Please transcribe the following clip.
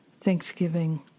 thanksgiving